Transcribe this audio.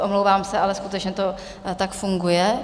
Omlouvám se, ale skutečně to tak funguje.